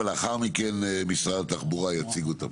לאחר מכן משרד התחבורה יציגו את הפרויקט.